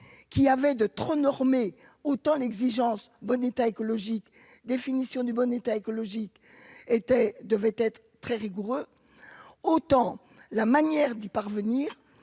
qu'il avait de trop normé autant l'exigence bon état écologique définition du bon état écologique était devait être très rigoureux autant la manière d'y parvenir